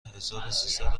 هزاروسیصد